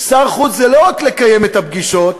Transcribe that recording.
שר חוץ זה לא רק לקיים את הפגישות,